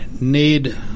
need